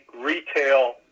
retail